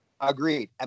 Agreed